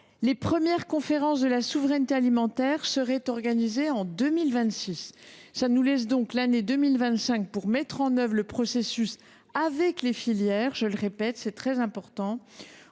Les premières conférences de la souveraineté alimentaire seraient organisées en 2026, ce qui nous laisse l’année 2025 pour mettre en œuvre ce processus avec les filières. Mesdames, messieurs